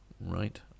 right